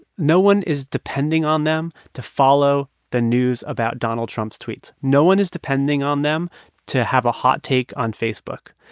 no one is depending on them to follow the news about donald trump's tweets. no one is depending on them to have a hot take on facebook.